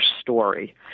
story